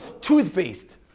Toothpaste